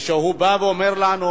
כשהוא בא ואומר לנו: